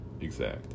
exact